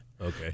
okay